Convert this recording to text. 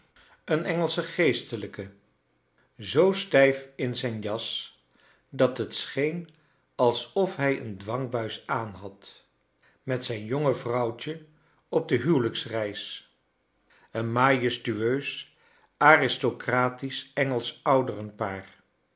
een engelsche geestelijke zoo stijf in zijn jas dat het scheen alsof hij een dwangbuis aan had met zijn jonge vrouwtje op de huwelrjksreis een majestueus aristocratisch engelsch ouderenpaar